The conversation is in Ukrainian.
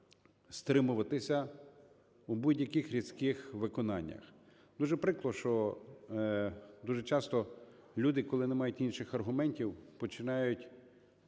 стримуватися в будь-яких різких виконаннях. Дуже прикро, що дуже часто люди, коли не мають інших аргументів, починають